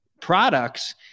products